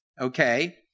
okay